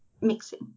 mixing